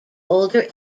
older